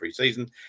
preseason